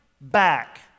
back